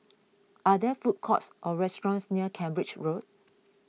are there food courts or restaurants near Cambridge Road